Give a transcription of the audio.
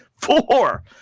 Four